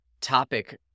topic